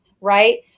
right